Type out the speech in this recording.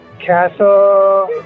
castle